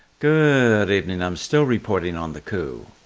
good evening. i'm still reporting on the coup.